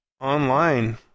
Online